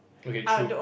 okay true